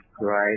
Right